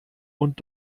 und